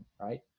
right